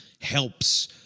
helps